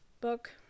book